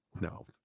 no